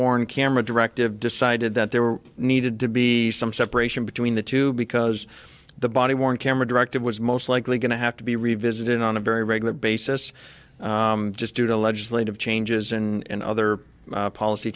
worn camera directive decided that there were needed to be some separation between the two because the body worn camera directive was most likely going to have to be revisited on a very regular basis just due to legislative changes and other policy